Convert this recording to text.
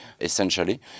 essentially